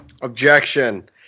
Objection